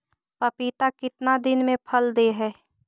पपीता कितना दिन मे फल दे हय?